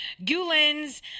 Gulen's